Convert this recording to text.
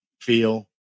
feel